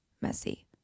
messy